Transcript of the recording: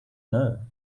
know